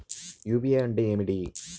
UPI అంటే ఏమిటి?